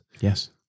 Yes